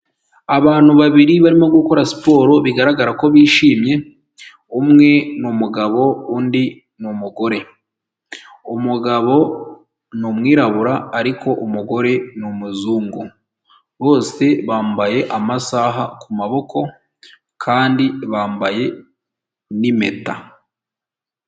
Abantu babiri barimo gukora siporo bigaragara ko bishimye umwe ni umugabo undi ni umugore, umugabo ni umwirabura ariko umugore ni umuzungu, bose bambaye amasaha ku maboko kandi bambaye n'impeta.